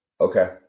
Okay